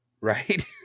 right